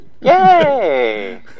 Yay